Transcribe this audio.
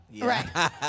right